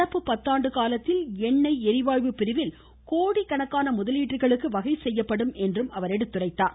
நடப்பு பத்தாண்டு காலத்தில் எண்ணெய் ளிவாயு பிரிவில் கோடிக்கணக்கான முதலீடுகளுக்கு வகை செய்யப்படும் என்றும் குறிப்பிட்டார்